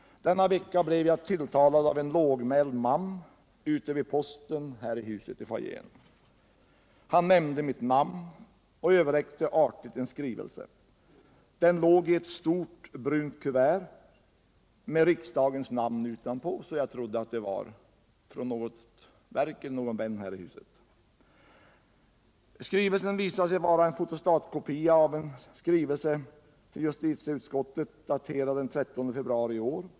Denna vecka blev jag tilltalad av en lågmäld man vid posten ute i foajén här 67 i huset. Han nämnde mitt namn och överräckte artigt en skrivelse. Den låg i ett stort brunt kuvert med riksdagens namn utanpå, så jag trodde att det var från något verk eller från någon vän här i huset. Skrivelsen visade sig vara en fotostatkopia av en skrivelse till justitieutskottet, daterad den 13 februari i år.